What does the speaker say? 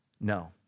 No